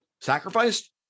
sacrificed